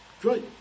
Great